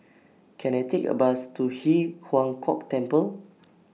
Can I Take A Bus to Ji Huang Kok Temple